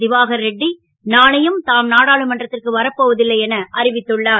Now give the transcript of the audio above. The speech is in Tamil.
வாகர் ரெட்டி நாளையும் தாம் நாடாளுமன்றத் ற்கு வரப் போவ ல்லை என அறிவித்துள்ளார்